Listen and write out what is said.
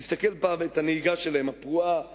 תסתכל פעם על הנהיגה הפרועה שלהם.